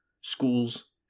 Schools